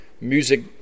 music –